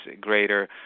greater